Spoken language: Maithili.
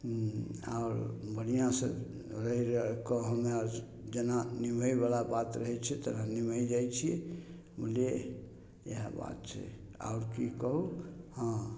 आओर बढ़िआँसँ रहि राहिके हम्मे अर जेना निभबयवला बात रहय छै तेना निभबय जाइ छी बुझलियै इएह बात छै आब की कहू हँ